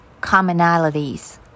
commonalities